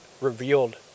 revealed